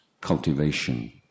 cultivation